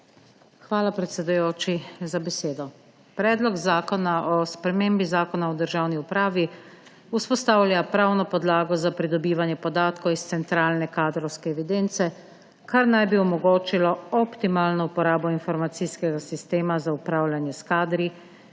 Hvala, predsedujoči, za besedo. Predlog zakona o spremembi Zakona o državni upravi vzpostavlja pravno podlago za pridobivanje podatkov iz centralne kadrovske evidence, kar naj bi omogočilo optimalno uporabo informacijskega sistema za upravljanje s kadri,